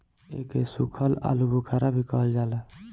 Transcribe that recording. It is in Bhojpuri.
एके सुखल आलूबुखारा भी कहल जाला